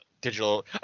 digital